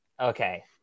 okay